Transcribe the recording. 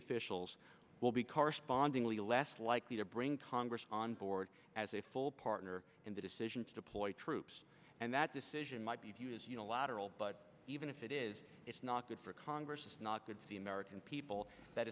officials will be correspondingly less likely to bring congress on board as a full partner in the decision to deploy troops and that decision might be to use unilateral but even if it is it's not good for congress it's not good for the american people that